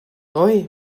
ohé